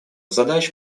задач